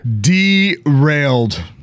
Derailed